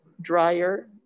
dryer